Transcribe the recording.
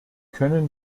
können